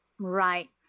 Right